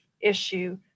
issue